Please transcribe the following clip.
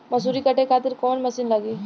मसूरी काटे खातिर कोवन मसिन लागी?